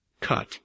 cut